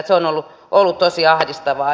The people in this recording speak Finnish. se on ollut tosi ahdistavaa